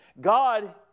God